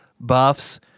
buffs